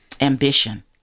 ambition